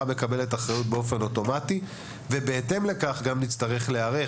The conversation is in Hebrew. מקבלת אחריות באופן אוטומטי ובהתאם לכך גם נצטרך להיערך.